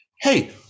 hey